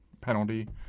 penalty